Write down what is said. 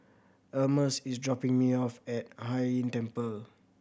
Almus is dropping me off at Hai Inn Temple